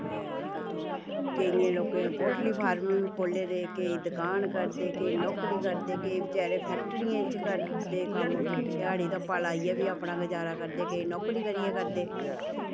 केईं लोकें poultry farm बी खोह्ल्लै दे केईं दुकान करदे केईं नौकरी करदे केईं बेचारे फैक्ट्रियें च करदे कम्म ध्याड़ी धप्पा लाइयै अपना गुजारा करदे केईं नौकरी करियै करदे